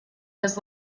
his